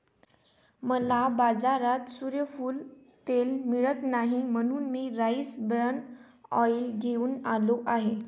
मला बाजारात सूर्यफूल तेल मिळत नाही म्हणून मी राईस ब्रॅन ऑइल घेऊन आलो आहे